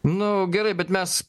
nu gerai bet mes